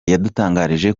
yadutangarije